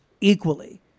equally